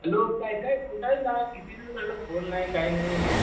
hello काय काय कुठं आहेस किती दिवस झालं फोन नाही काही नाही